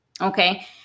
okay